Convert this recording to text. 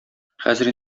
хәзер